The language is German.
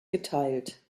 geteilt